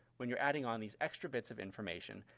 when you're adding on these extra bits of information,